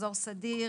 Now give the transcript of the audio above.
מחזור סדיר,